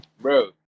bro